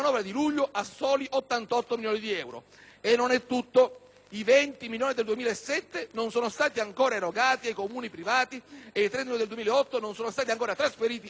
I 20 milioni del 2007 non sono stati ancora erogati dai Comuni ai privati e i 30 milioni del 2008 non sono stati ancora trasferiti ai Comuni: quindi le risorse o non sono state